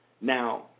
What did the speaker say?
Now